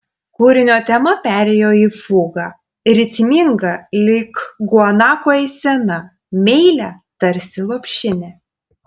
kūrinio tema perėjo į fugą ritmingą lyg guanako eisena meilią tarsi lopšinė